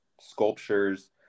sculptures